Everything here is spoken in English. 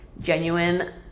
genuine